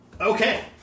Okay